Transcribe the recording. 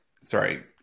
Sorry